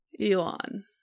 Elon